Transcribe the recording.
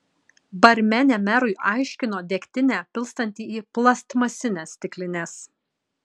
barmenė merui aiškino degtinę pilstanti į plastmasines stiklines